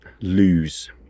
lose